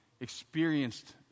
experienced